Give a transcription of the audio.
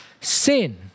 sin